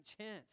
chance